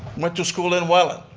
went to school in welland.